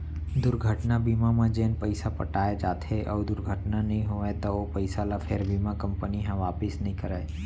दुरघटना बीमा म जेन पइसा पटाए जाथे अउ दुरघटना नइ होवय त ओ पइसा ल फेर बीमा कंपनी ह वापिस नइ करय